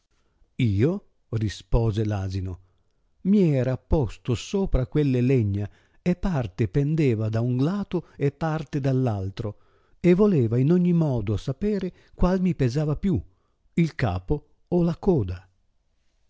io rispose l asino i era posto sopra quelle legna e parte pendeva da un lato e parte da r altro e voleva in ogni modo sapere qual mi pesava più il capo o la coda